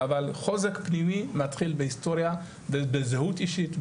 אבל חוזק פנימי מתחיל בהיסטוריה ובזהות אישית,